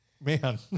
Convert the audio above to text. man